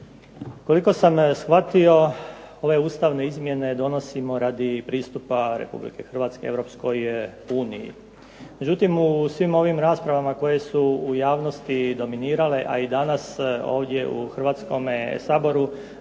Koliko sam shvatio ove ustavne izmjene donosimo radi pristupa Republike Hrvatske Europskoj uniji. Međutim, u svim ovim raspravama koje su u javnosti dominirale, a i danas ovdje u Hrvatskome saboru